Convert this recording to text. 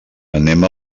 anem